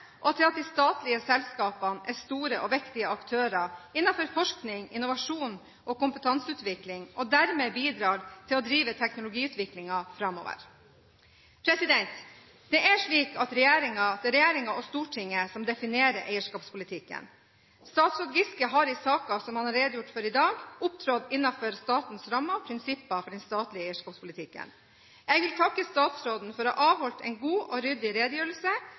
aktører innenfor forskning, innovasjon og kompetanseutvikling, og dermed bidrar til å drive teknologiutviklingen framover. Det er slik at det er regjeringen og Stortinget som definerer eierskapspolitikken. Statsråd Giske har i saken som han har redegjort for i dag, opptrådt innenfor statens rammer og prinsipper for den statlige eierskapspolitikken. Jeg vil takke statsråden for å ha avholdt en god og ryddig redegjørelse